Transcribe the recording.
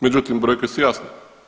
Međutim, brojke su jasne.